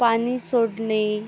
पाणी सोडणे